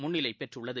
முன்னிலை பெற்றுள்ளது